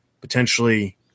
potentially